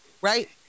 right